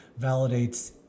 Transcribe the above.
validates